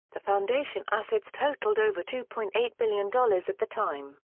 the foundation assets totalled over two point eight billion dollars at the time.